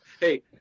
Hey